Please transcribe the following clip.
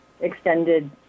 extended